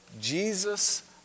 Jesus